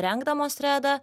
rengdamos redą